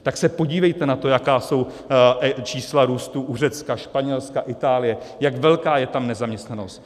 Tak se podívejte na to, jaká jsou čísla růstu u Řecka, Španělska, Itálie, jak velká je tam nezaměstnanost.